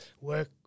work –